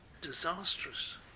disastrous